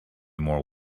more